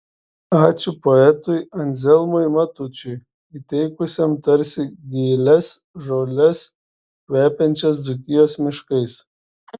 ačiū poetui anzelmui matučiui įteikusiam tarsi gėles žoles kvepiančias dzūkijos miškais